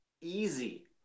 easy